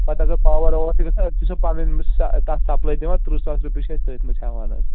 پَتہٕ اگر پاوَر واور چھِ گژھان أسۍ چھِ پَنٕنۍ تتھ سَپلَے دوان تٕرٛہ ساس رۄپیہِ چھِ أسۍ تٔتھۍ منٛز ہٮ۪وان حظ